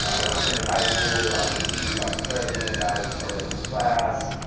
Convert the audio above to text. when i finished high school, i was student body president, valedictorian of my class,